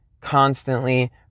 constantly